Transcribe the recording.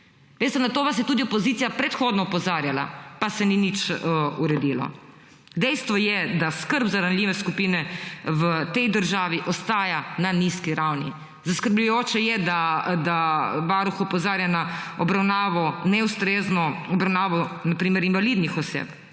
Veste, na to vas je tudi opozicija predhodno opozarjala, pa se ni nič uredilo. Dejstvo je, da skrb za ranljive skupine v tej državi ostaja na nizki ravni. Zaskrbljujoče je, da Varuh opozarja na neustrezno obravnavo na primer invalidnih oseb.